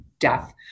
death